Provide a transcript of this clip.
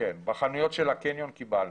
בחנויות של הקניון קיבלנו.